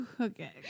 Okay